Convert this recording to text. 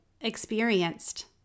experienced